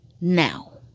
now